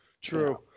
True